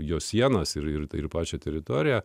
jos sienos ir pačią teritoriją